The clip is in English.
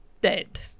dead